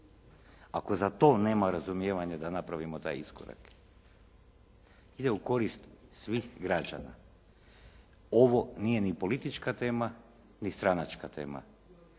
ako za to nema razumijevanja da napravimo taj iskorak ide u korist svih građana. Ovo nije ni politička tema, ni stranačka tema.